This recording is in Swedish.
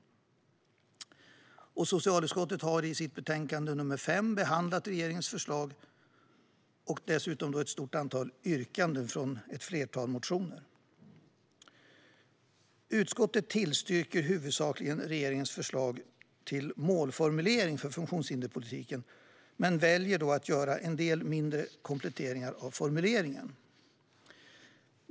Socialutskottet har i sitt betänkande SoU5 behandlat regeringens förslag och dessutom ett stort antal yrkanden från ett flertal motioner. Utskottet tillstyrker huvudsakligen regeringens förslag till målformulering för funktionshinderspolitiken men väljer att göra en del mindre kompletteringar av formuleringen.